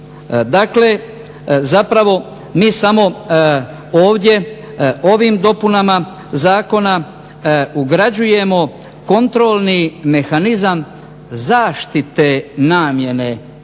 Dakle, zapravo mi samo ovdje ovim dopunama zakona ugrađujemo kontrolni mehanizam zaštite namjene,